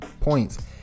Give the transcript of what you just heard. points